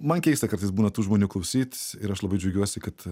man keista kartais būna tų žmonių klausyt ir aš labai džiaugiuosi kad